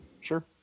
Sure